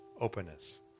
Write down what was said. openness